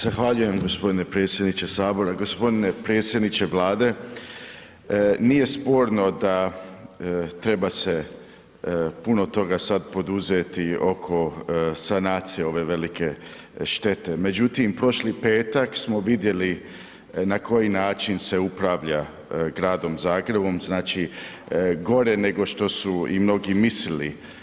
Zahvaljujem g. predsjedniče Sabora, g. predsjedniče Vlade, nije sporno da treba se puno toga sad poduzeti oko sanacije ove velike štete, međutim, prošli petak smo vidjeli na koji način se upravlja gradom Zagrebom, znači gore nego što su i mnogi mislili.